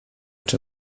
czy